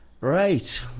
Right